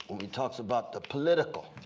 and we talked about the political.